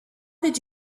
did